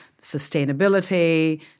sustainability